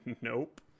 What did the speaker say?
Nope